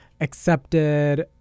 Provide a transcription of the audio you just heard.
Accepted